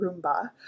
Roomba